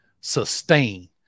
sustain